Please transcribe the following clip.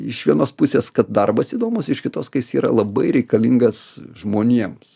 iš vienos pusės kad darbas įdomus iš kitos ka jis yra labai reikalingas žmonėms